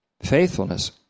faithfulness